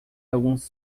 alguns